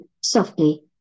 softly